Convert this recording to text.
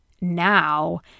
now